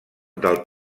del